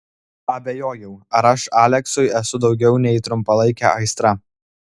abejojau ar aš aleksui esu daugiau nei trumpalaikė aistra